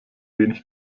wenig